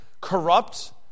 corrupt